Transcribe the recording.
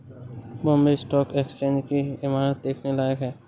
Bombay stock exchange की इमारत देखने लायक है